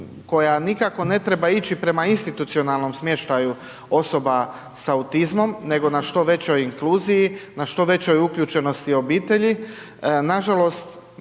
koja nikako ne treba ići prema institucionalnom smještaju osoba sa autizmom, nego na što većoj inkluziji, na što većoj uključenosti obitelji,